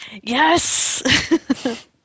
Yes